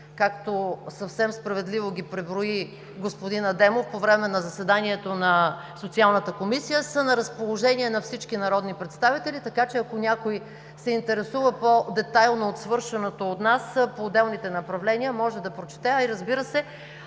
както съвсем справедливо ги преброи господин Адемов по време на заседанието на Социалната комисия, са на разположение на всички народни представители. Така че ако някой се интересува по-детайлно от свършеното от нас по отделните направления, може да прочете, а и, разбира се,